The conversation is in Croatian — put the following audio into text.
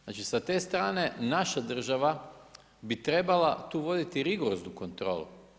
Znači sa ste strane, naša država, b i trebala tu voditi rigoroznu kontrolu.